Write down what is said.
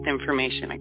information